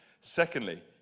Secondly